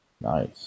Nice